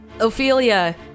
Ophelia